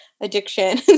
addiction